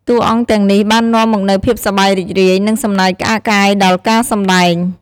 តួអង្គទាំងនេះបាននាំមកនូវភាពសប្បាយរីករាយ និងសំណើចក្អាកក្អាយដល់ការសម្តែង។